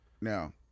Now